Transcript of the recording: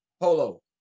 Polo